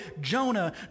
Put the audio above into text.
Jonah